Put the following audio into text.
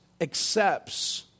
accepts